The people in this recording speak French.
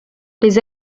les